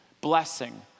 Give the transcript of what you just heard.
blessing